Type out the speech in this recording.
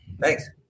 Thanks